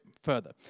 further